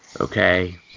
Okay